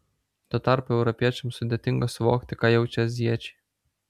tuo tarpu europiečiams sudėtinga suvokti ką jaučia azijiečiai